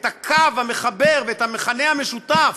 את הקו המחבר ואת המכנה המשותף.